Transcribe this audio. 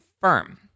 firm